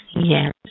Yes